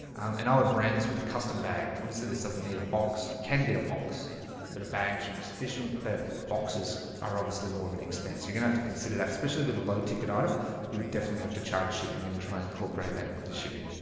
and i would brand this with a custom bag, obviously this doesn't need a box you can get a box but a bank should be sufficient but boxes are obviously more of an expense you're gonna have to consider that especially with a low ticket item you would definitely have to charge shipping and try and cooperate in it with your shipping